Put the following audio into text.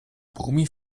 brummi